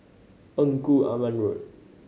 Engku Aman Road